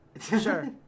Sure